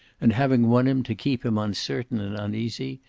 and having won him to keep him uncertain and uneasy,